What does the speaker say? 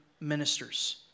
ministers